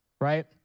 right